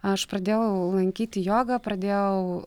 aš pradėjau lankyti jogą pradėjau